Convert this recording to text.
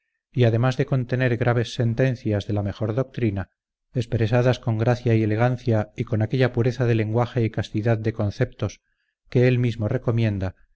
y además de contener graves sentencias de la mejor doctrina expresadas con gracia y elegancia y con aquella pureza de lenguaje y castidad de conceptos que él mismo recomienda